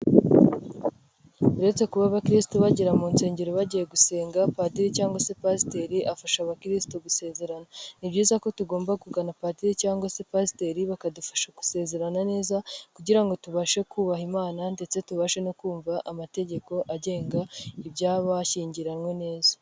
Uretse kuba abakiristu bagera mu nsengero bagiye gusenga, padiri cyangwa se pasiteri afasha abakiristu gusezerana, ni byiza ko tugomba kugana padiri cyangwa se pasiteri bakadufasha gusezerana neza kugira ngo tubashe kubaha imana ndetse tubashe no kumva amategeko agenga iby'abashyingiranywe neza.